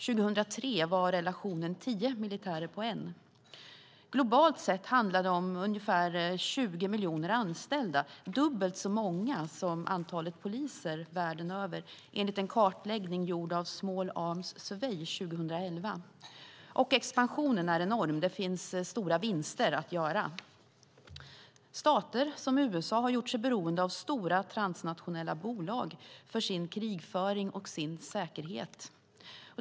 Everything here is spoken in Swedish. År 2003 var relationen tio militärer på en. Globalt sett handlade det om omkring 20 miljoner anställda, dubbelt så många som antalet poliser världen över, enligt en kartläggning gjord av Small Arms Survey 2011. Expansionen är enorm; det finns stora vinster att göra. Stater som USA har gjort sig beroende av stora, transnationella bolag för sin krigföring och sin säkerhet.